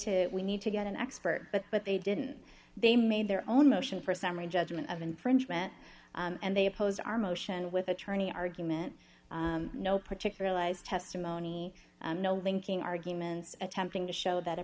to we need to get an expert but but they didn't they made their own motion for summary judgment of infringement and they oppose our motion with attorney argument no particular allies testimony no linking arguments attempting to show that